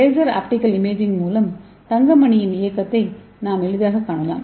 laser optical imaging மூலம் தங்க மணியின் இயக்கத்தை நாம் எளிதாகக் காணலாம்